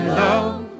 love